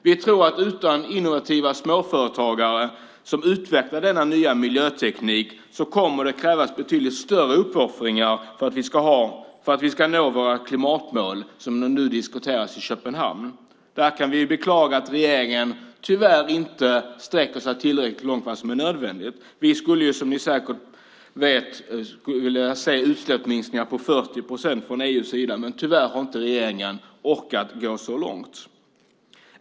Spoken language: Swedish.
Vi tror att utan innovativa småföretagare som utvecklar denna nya miljöteknik kommer det att krävas betydligt större uppoffringar för att vi ska nå de klimatmål som nu diskuteras i Köpenhamn. Vi beklagar att regeringen tyvärr inte sträcker sig längre än vad som är nödvändigt. Vi skulle, som ni säkert vet, vilja se utsläppsminskningar med 40 procent från EU:s sida. Tyvärr har regeringen inte orkat gå så långt.